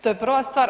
To je prva stvar.